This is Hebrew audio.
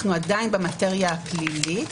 אנו עדיין במטרה הפלילית.